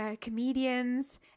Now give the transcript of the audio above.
comedians